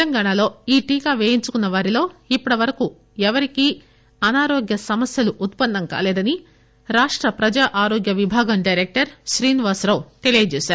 తెలంగాణలో ఈ టీకా పేయించుకున్న వారిలో ఇప్పటి వరకు ఎవరికీ అనారోగ్య సమస్యలు ఉత్పన్నం కాలేదని రాష్ట ప్రజారోగ్య విభాగం డైరెక్టర్ శ్రీనివాసరావు తెలియజేశారు